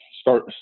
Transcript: start